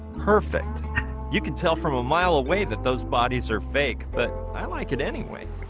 perfect you can tell from a mile away that those bodies are fake, but i like it anyway